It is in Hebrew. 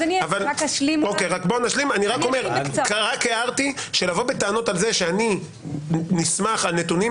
אני רק הערתי שלבוא בטענות על זה שאני נסמך על נתונם